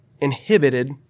inhibited